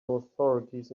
authorities